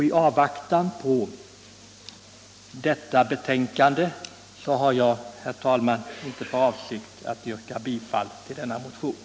I avvaktan på detta betänkande avstår jag från att yrka bifall till motionen.